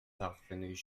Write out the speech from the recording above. parvenus